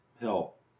help